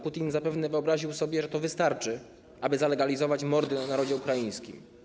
Putin zapewne wyobraził sobie, że to wystarczy, aby zalegalizować mordy na narodzie ukraińskim.